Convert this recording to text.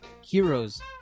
Heroes